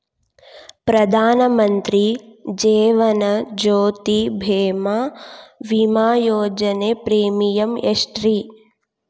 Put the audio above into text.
ಪ್ರಧಾನ ಮಂತ್ರಿ ಜೇವನ ಜ್ಯೋತಿ ಭೇಮಾ, ವಿಮಾ ಯೋಜನೆ ಪ್ರೇಮಿಯಂ ಎಷ್ಟ್ರಿ?